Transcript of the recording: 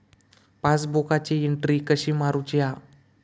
पासबुकाची एन्ट्री कशी मारुची हा?